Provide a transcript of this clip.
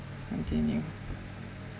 continue